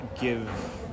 give